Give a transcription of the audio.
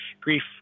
grief